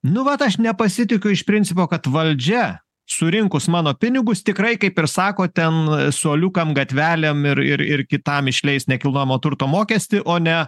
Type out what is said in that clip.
nu vat aš nepasitikiu iš principo kad valdžia surinkus mano pinigus tikrai kaip ir sako ten suoliukam gatvelėm ir ir ir kitam išleis nekilnojamo turto mokestį o ne